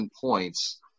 points